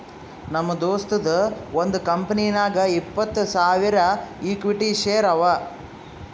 ನಮ್ ದೋಸ್ತದು ಒಂದ್ ಕಂಪನಿನಾಗ್ ಇಪ್ಪತ್ತ್ ಸಾವಿರ ಇಕ್ವಿಟಿ ಶೇರ್ ಅವಾ